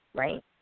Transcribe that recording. right